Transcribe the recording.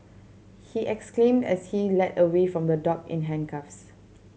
he exclaimed as he led away from the dock in handcuffs